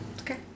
Okay